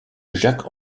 jacques